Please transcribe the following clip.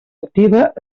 activa